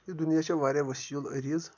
دُنیا چھِ واریاہ وسیٖل عریٖض